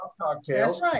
cocktails